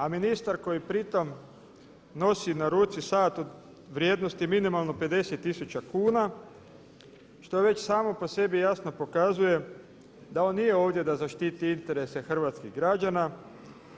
A ministar koji pri tome nosi na ruci sat u vrijednosti minimalno 50 tisuća kuna što već samo po sebi jasno pokazuje da on nije ovdje da zaštiti interese hrvatskih građana